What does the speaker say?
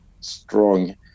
strong